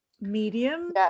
medium